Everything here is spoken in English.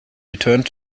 returned